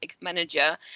manager